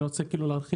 אני לא רוצה להרחיב,